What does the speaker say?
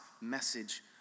message